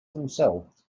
themselves